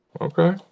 Okay